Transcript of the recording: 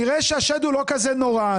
נראה שהשד הוא לא כזה נורא,